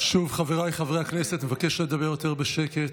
חבריי חברי הכנסת, אני מבקש לדבר יותר בשקט.